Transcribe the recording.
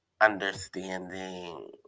understanding